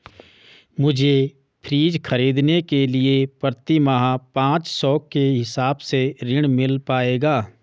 मुझे फ्रीज खरीदने के लिए प्रति माह पाँच सौ के हिसाब से ऋण मिल पाएगा?